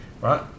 right